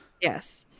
Yes